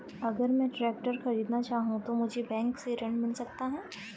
अगर मैं ट्रैक्टर खरीदना चाहूं तो मुझे बैंक से ऋण मिल सकता है?